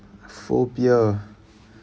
phobia